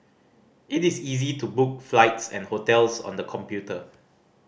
it is easy to book flights and hotels on the computer